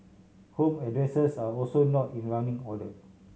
home addresses are also not in running order